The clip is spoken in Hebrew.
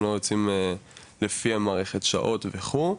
הם לא יוצאים על פי המערכת שעות וכו'.